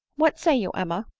what say you, emma?